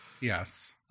Yes